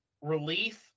relief